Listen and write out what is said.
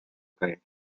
caer